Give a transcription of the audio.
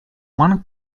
one